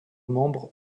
membres